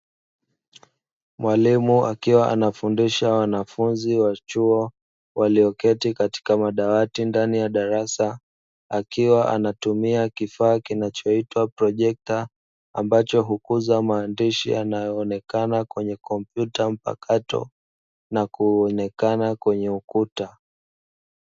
Mwalimu akiwa anafundisha wanafunzi wa chuo walioketi kwenye madawati ndani ya darasani, akiwa anatumia kifaa kinachoitwa (projekta) ambacho hukukuza maandishi yanayonekana kwenye kompyuta mpakato na kuonekana kwenye ukuta.